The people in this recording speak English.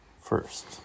first